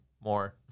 more